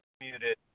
muted